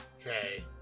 okay